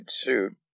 suit